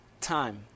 time